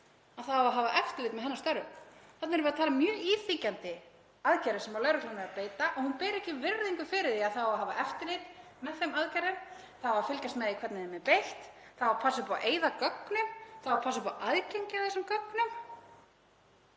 að það á að hafa eftirlit með störfum hennar. Þarna erum við að tala um mjög íþyngjandi aðgerðir sem lögreglan er að beita og hún ber ekki virðingu fyrir því að það á að hafa eftirlit með þeim aðgerðum, það á að fylgjast með því hvernig þeim er beitt, það á að passa upp á að eyða gögnum, það á að passa upp á aðgengi að þessum gögnum.